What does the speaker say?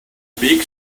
big